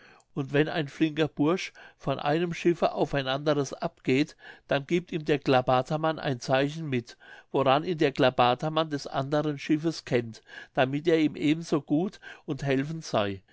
und wenn ein flinker bursch von einem schiffe auf ein anderes abgeht dann giebt ihm der klabatermann ein zeichen mit woran ihn der klabatermann des anderen schiffes kennt damit der ihm eben so gut und helfend sey